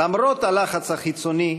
למרות הלחץ החיצוני,